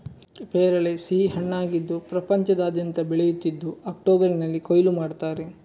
ಪೇರಳೆ ಸಿಹಿ ಹಣ್ಣಾಗಿದ್ದು ಪ್ರಪಂಚದಾದ್ಯಂತ ಬೆಳೆಯುತ್ತಿದ್ದು ಅಕ್ಟೋಬರಿನಲ್ಲಿ ಕೊಯ್ಲು ಮಾಡ್ತಾರೆ